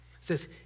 says